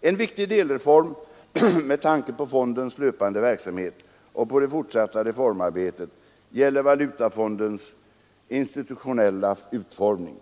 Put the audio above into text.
En viktig delreform med tanke på fondens löpande verksamhet och på det fortsatta reformarbetet gäller valutafondens institutionella utformning.